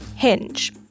Hinge